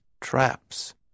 traps